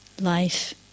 Life